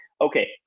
okay